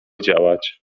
działać